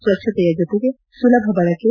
ಸ್ವಭ್ಯತೆಯ ಜತೆಗೆ ಸುಲಭ ಬಳಕೆ